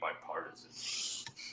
bipartisan